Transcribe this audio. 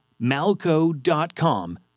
malco.com